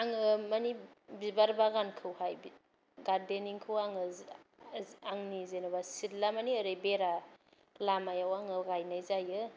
आङो मानि बिबार बागान खौहाय गारर्देनिंखौ आङो आंनि जेनबा सिटला माने औरै बेरा लामायाव आङो गायनाय जायो